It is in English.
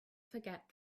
forget